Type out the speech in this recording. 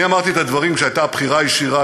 אני אמרתי את הדברים כשהייתה בחירה ישירה,